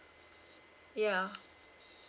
yeah